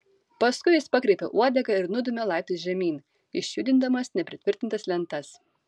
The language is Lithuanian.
paskui jis pakreipė uodegą ir nudūmė laiptais žemyn išjudindamas nepritvirtintas lentas